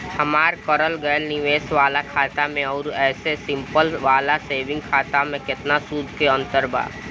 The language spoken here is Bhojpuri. हमार करल गएल निवेश वाला खाता मे आउर ऐसे सिंपल वाला सेविंग खाता मे केतना सूद के अंतर बा?